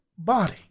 body